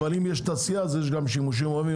אבל אם יש תעשייה אז יש גם שימושים מעורבים.